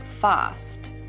fast